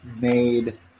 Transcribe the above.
made